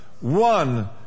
one